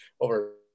over